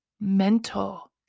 mental